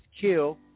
kill